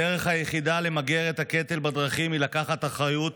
הדרך היחידה למגר את הקטל בדרכים היא לקחת אחריות,